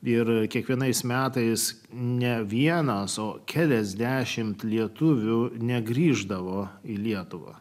ir kiekvienais metais ne vieną su keliasdešimt lietuvių negrįždavo į lietuvą